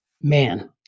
man